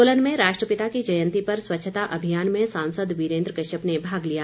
सोलन में राष्ट्रपिता की जयंती पर स्वच्छता अभियान में सांसद वीरेन्द्र कश्यप ने भाग लिया